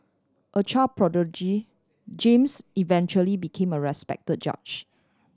a child prodigy James eventually became a respect judge